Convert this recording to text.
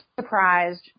surprised